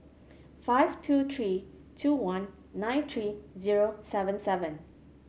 five two three two one nine three zero seven seven